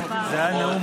זמן לחיבוקים.